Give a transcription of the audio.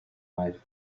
life